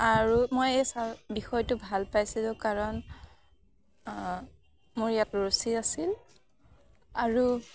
আৰু মই এই বিষয়টো ভাল পাইছিলোঁ কাৰণ মোৰ ইয়াত ৰুচি আছিল আৰু